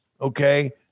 Okay